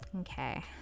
okay